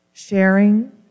sharing